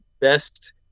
best